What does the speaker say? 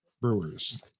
Brewers